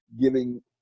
giving